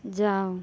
जाओ